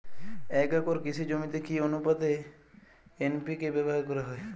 এক একর কৃষি জমিতে কি আনুপাতে এন.পি.কে ব্যবহার করা হয়?